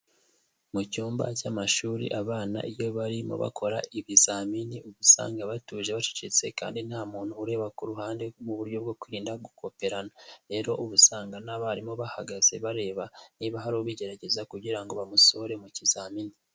Mu cyumba cy'amashuri abana iyo barimo bakora ibizamini, uba usanga batuje bacecetse kandi nta muntu ureba ku ruhande mu buryo bwo kwirinda gukoperana, rero uba usanga n'abarimu bahagaze bareba niba hari ubigerageza kugira ngo bamusohore mu kizamini.